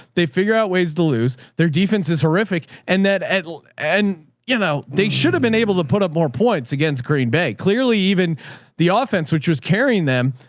they figure out ways to lose their defense is horrific and that, and, and, you know, they should have been able to put up more points against green bay, clearly even the offense, which was carrying them,